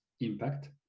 impact